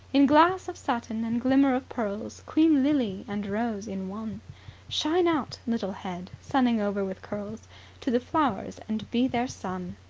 in glass of satin and glimmer of pearls. queen lily and rose in one shine out, little head, sunning over with curls to the flowers, and be their sun.